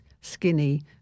skinny